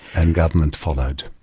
and government followed.